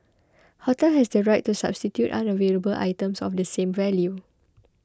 hotel has the right to substitute unavailable items of the same value